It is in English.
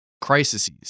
crises